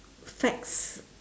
facts